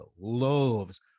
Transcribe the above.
loves